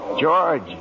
George